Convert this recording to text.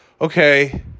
okay –